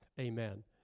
Amen